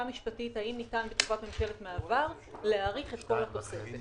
משפטית האם ניתן בתקופת ממשלת מעבר להאריך את כל התוספת?